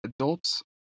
Adults